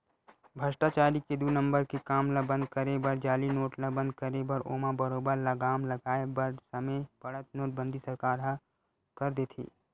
भस्टाचारी के दू नंबर के काम ल बंद करे बर जाली नोट ल बंद करे बर ओमा बरोबर लगाम लगाय बर समे पड़त नोटबंदी सरकार ह कर देथे